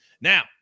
Now